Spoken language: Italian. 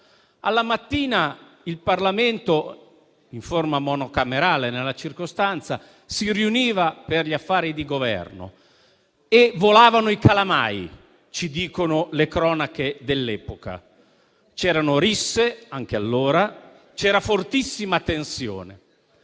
Alla mattina il Parlamento, in forma monocamerale nella circostanza, si riuniva per gli affari di Governo e volavano i calamai, come ci dicono le cronache dell'epoca; c'erano risse, anche allora, e c'era fortissima tensione.